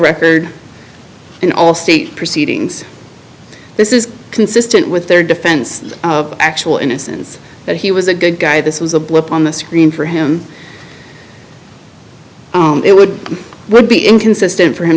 record in all state proceedings this is consistent with their defense of actual innocence that he was a good guy this was a blip on the screen for him it would be inconsistent for him